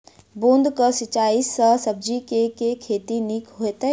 बूंद कऽ सिंचाई सँ सब्जी केँ के खेती नीक हेतइ?